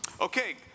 Okay